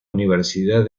universidad